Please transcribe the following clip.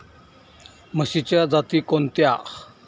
म्हशीच्या जाती कोणत्या?